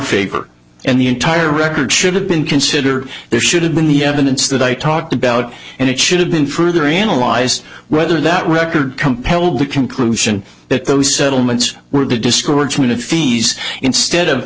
favor and the entire record should have been considered there should have been the evidence that i talked about and it should have been further analyzed whether that record compelled the conclusion that those settlements were the discouragement of fees instead of